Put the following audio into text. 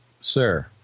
sir